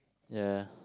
ya